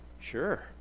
sure